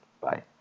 Bye